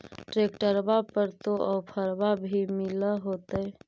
ट्रैक्टरबा पर तो ओफ्फरबा भी मिल होतै?